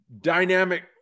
dynamic